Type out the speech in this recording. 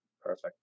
Perfect